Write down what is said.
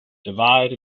divide